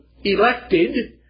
elected